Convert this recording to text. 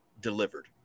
delivered